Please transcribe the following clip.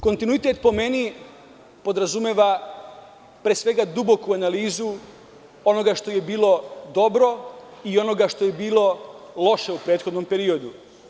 Kontinuitet, po meni, podrazumeva, pre svega, duboku analizu onoga što je bilo dobro i onoga što je bilo loše u prethodnom periodu.